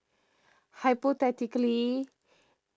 hypothetically